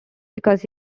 because